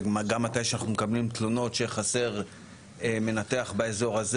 וגם מתי שאנחנו מקבלים תלונות שחסר מנתח באזור הזה